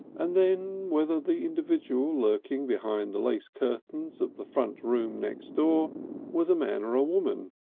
and then whether the individual lurking behind the lace curtains of the front room next door was a man or a woman.